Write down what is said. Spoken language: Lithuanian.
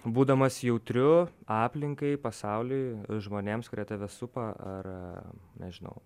būdamas jautriu aplinkai pasauliui žmonėms kurie tave supa ar nežinau